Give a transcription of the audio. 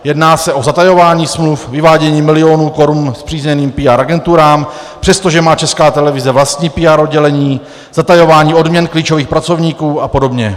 Jedná se o zatajování smluv, vyvádění milionů korun spřízněným PR agenturám, přestože má Česká televize vlastní PR oddělení, zatajování odměn klíčových pracovníků a podobně.